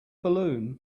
balloon